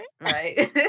Right